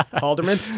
halderman.